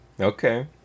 Okay